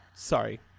Sorry